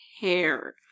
hair